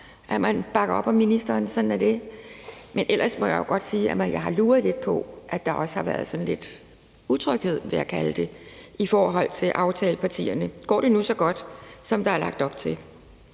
at man bakker op om ministeren, sådan er det. Men ellers må jeg sige, at jeg har luret lidt på, at der også har været sådan lidt utryghed, vil jeg kalde det, i forhold til aftalepartierne. Går det nu så godt, som der er lagt op til?